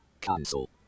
Cancel